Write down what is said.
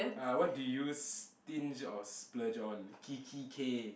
uh what do you stinge or splurge on Kik-ki-K